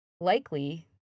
likely